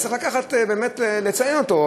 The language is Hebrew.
צריך באמת לציין אותו,